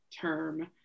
term